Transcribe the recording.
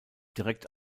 direkt